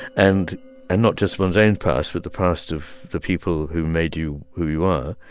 and and not just one's own past, but the past of the people who made you who you were,